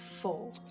Four